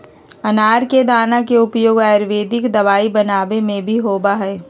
अनार के दाना के उपयोग आयुर्वेदिक दवाई बनावे में भी होबा हई